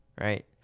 Right